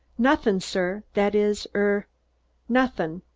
nothing, sir that is er nothing.